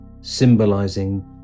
symbolizing